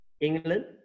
England